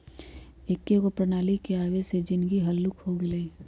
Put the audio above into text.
एकेगो प्रणाली के आबे से जीनगी हल्लुक हो गेल हइ